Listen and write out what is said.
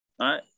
right